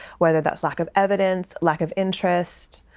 whether that's lack of evidence, lack of interest,